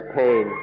pain